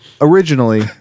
originally